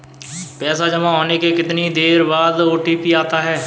पैसा जमा होने के कितनी देर बाद ओ.टी.पी आता है?